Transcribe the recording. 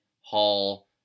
Hall